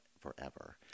forever